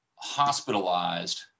hospitalized